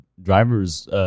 driver's